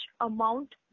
amount